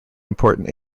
important